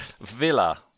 villa